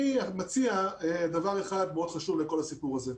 אני מציע דבר אחד נורא חשוב לכל הסיפור הזה.